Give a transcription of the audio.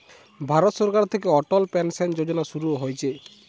ভারত সরকার থিকে অটল পেনসন যোজনা শুরু হইছে